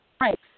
right